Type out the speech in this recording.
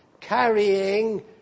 carrying